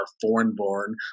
foreign-born